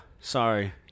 sorry